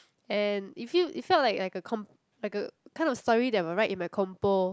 and it feel it felt like like a com~ like a kind of story that I may write in my compo